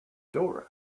dora